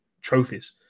trophies